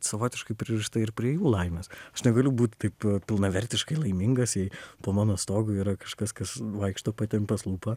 savotiškai pririšta ir prie jų laimės aš negaliu būt taip pilnavertiškai laimingas jei po mano stogu yra kažkas kas vaikšto patempęs lūpą